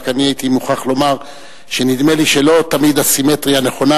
רק אני הייתי מוכרח לומר שנדמה לי שלא תמיד הסימטרייה נכונה